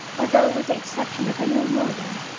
although, with the exception of her new mourning,